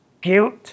guilt